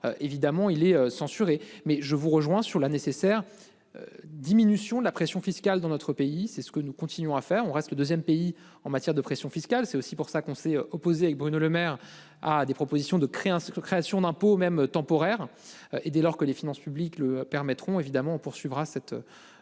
évidemment il est censuré mais je vous rejoins sur la nécessaire. Diminution de la pression fiscale dans notre pays, c'est ce que nous continuons à faire on reste le 2ème pays en matière de pression fiscale, c'est aussi pour ça qu'on s'est opposé avec Bruno Lemaire a des propositions de créances création d'impôts, même temporaire, et dès lors que les finances publiques le permettront évidemment poursuivra cette.